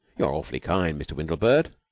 you're awfully kind, mr. windlebird.